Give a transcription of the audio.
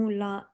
la